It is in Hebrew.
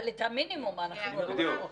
אבל את המינימום אנחנו רוצים.